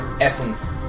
essence